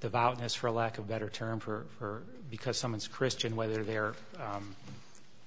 the volunteers for lack of better term for because someone's christian whether they're